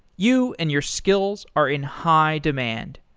you and your skills are in high demand.